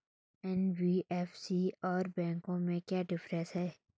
NBFC और बैंकों में क्या डिफरेंस है?